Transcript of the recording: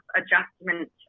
adjustment